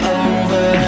over